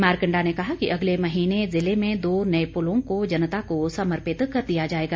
मारकंडा ने कहा कि अगले महीने जिले में दो नए पुलों को जनता को समर्पित कर दिया जाएगा